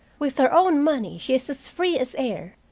with her own money she is as free as air.